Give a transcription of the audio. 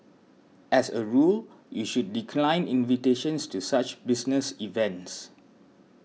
as a rule you should decline invitations to such business events